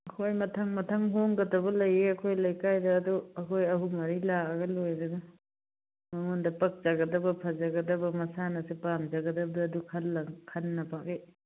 ꯑꯩꯈꯣꯏ ꯃꯊꯪ ꯃꯊꯪ ꯍꯣꯡꯒꯗꯕ ꯂꯩꯌꯦ ꯑꯩꯈꯣꯏ ꯂꯩꯀꯥꯏꯗ ꯑꯗꯨ ꯑꯩꯈꯣꯏ ꯑꯍꯨꯝ ꯃꯔꯤ ꯂꯥꯛꯑꯒ ꯂꯣꯏꯔꯦꯗ ꯃꯉꯣꯟꯗ ꯄꯛꯆꯒꯗꯕ ꯐꯖꯒꯗꯕ ꯃꯁꯅꯁꯨ ꯄꯥꯝꯖꯒꯗꯕ ꯈꯟꯅꯕ ꯑꯗꯨ ꯈꯟꯅꯕꯒꯤ